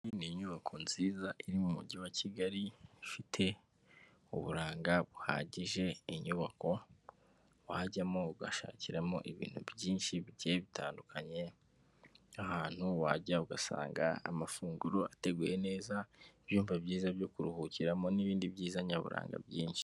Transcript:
Iyi ni inyubako nziza iri mu mujyi wa Kigali ifite uburanga buhagije, inyubako wajyamo ugashakiramo ibintu byinshi bigiye bitandukanye, ahantu wajya ugasanga amafunguro ateguye neza, ibyumba byiza byo kuruhukiramo n'ibindi byiza nyaburanga byinshi.